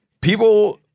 people